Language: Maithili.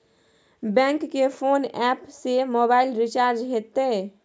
बैंक के कोन एप से मोबाइल रिचार्ज हेते?